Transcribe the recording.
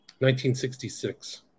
1966